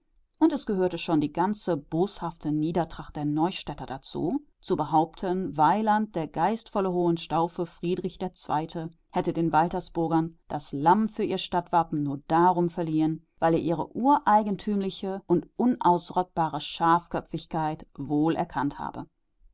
und es gehörte schon die ganze boshafte niedertracht der neustädter dazu zu behaupten weiland der geistvolle hohenstaufe friedrich ii hätte den waltersburgern das lamm für ihr stadtwappen nur darum verliehen weil er ihre ureigentümliche und unausrottbare schafköpfigkeit wohl erkannt habe